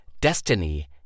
destiny